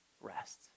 rest